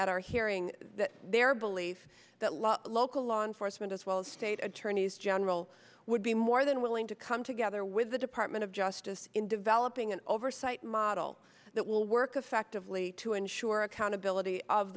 at our hearing that their belief that law local law enforcement as well as state attorney's job enroll would be more than willing to come together with the department of justice in developing an oversight model that will work effectively to ensure accountability of